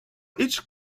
each